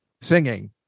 singing